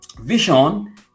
vision